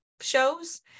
shows